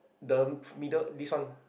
the middle this one